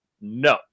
no